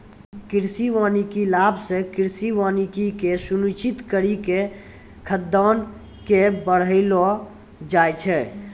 कृषि वानिकी लाभ से कृषि वानिकी के सुनिश्रित करी के खाद्यान्न के बड़ैलो जाय छै